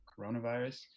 coronavirus